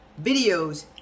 videos